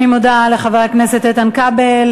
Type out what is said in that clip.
אני מודה לחבר הכנסת איתן כבל.